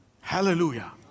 hallelujah